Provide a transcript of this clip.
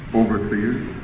overseers